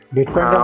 Bitcoin